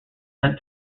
sent